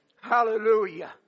Hallelujah